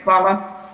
Hvala.